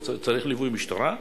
צריך ליווי משטרה?